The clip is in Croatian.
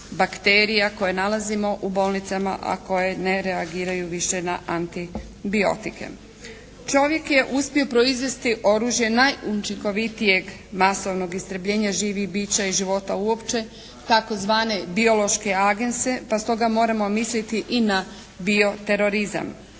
bakterija koje nalazimo u bolnicama, a koje ne reagiraju više na antibiotike. Čovjek je uspio proizvesti oružje najučinkovitijeg masovnog istrebljenja živih bića i života uopće tzv. biološke agense pa stoga moramo misliti i na bio-terorizam.